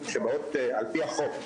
על פי החוק.